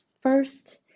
first